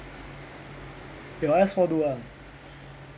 your S four do what [one]